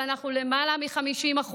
ואנחנו למעלה מ-50%.